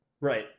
right